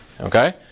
Okay